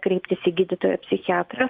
kreiptis į gydytoją psichiatrą